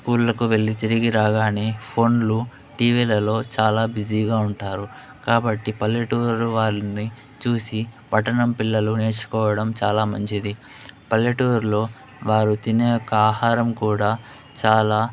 స్కూళ్ళకి వెళ్లి తిరిగి రాగానే ఫొన్లు టీవీలలో చాలా బిజీ గా ఉంటారు కాబట్టి పల్లెటూరు వాళ్ళని చూసి పట్టణం పిల్లలు నేర్చుకోవడం చాలా మంచిది పల్లెటూర్లో వారు తినే యొక్క ఆహారం కూడా చాలా